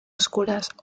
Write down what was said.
oscuras